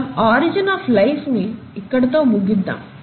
మనం origin of life ని ఇక్కడితో ముగిద్దాం